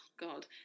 god